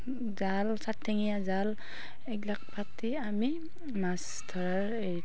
জাল চাৰঠেঙীয়া জাল এইবিলাক পাতি আমি মাছ ধৰাৰ এই